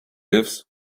lives